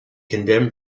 condemned